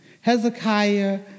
Hezekiah